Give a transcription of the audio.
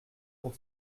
pour